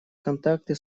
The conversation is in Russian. контакты